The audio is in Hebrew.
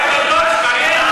חבר הכנסת אבו עראר,